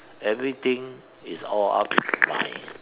everything is all up to mind